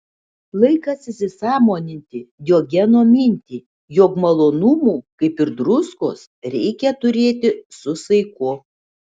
laikas įsisąmoninti diogeno mintį jog malonumų kaip ir druskos reikia turėti su saiku